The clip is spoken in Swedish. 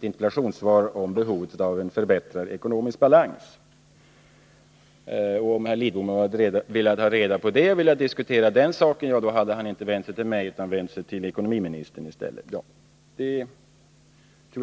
interpellationssvaret talar om behovet av en förbättrad ekonomisk balans, och om herr Lidbom velat diskutera den saken hade han inte vänt sig till mig utan till ekonomiministern i stället.